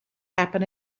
happen